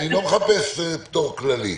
אני לא מחפש פטור כללי.